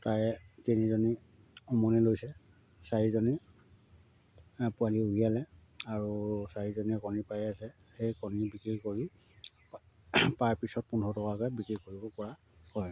তাৰে তিনিজনী উমনি লৈছে চাৰিজনী পোৱালি উলিয়ালে আৰু চাৰিজনীয়ে কণী পাৰি আছে সেই কণী বিক্ৰী কৰি পাৰ পিছত পোন্ধৰ টকাকে বিক্ৰী কৰিব পৰা হয়